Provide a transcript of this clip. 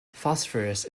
phosphorus